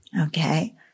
Okay